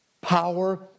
power